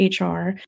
HR